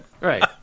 Right